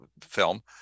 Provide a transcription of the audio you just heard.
film –